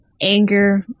anger